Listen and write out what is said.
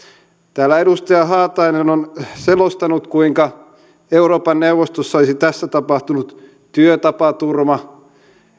täällä edustaja haatainen on selostanut kuinka euroopan neuvostossa olisi tässä tapahtunut työtapaturma